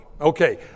Okay